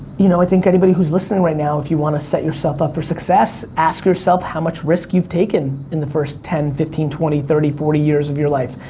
you know, i think anybody who's listening right now, if you want to set yourself up for success, ask yourself how much risk you've taken in the first ten, fifteen, twenty, thirty, forty years of your life.